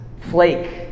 flake